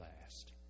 last